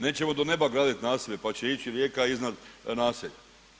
Nećemo do neba graditi nasipe pa će ići rijeka iznad naselja.